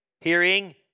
hearing